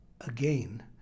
again